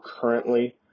currently